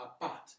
apart